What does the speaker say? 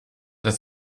that